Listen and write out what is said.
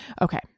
Okay